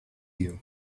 you